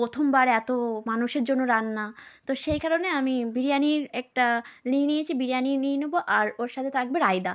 প্রথমবার এত মানুষের জন্য রান্না তো সেই কারণে আমি বিরিয়ানির একটা নিয়ে নিয়েছি বিরিয়ানি নিয়ে নেব আর ওর সাথে থাকবে রায়তা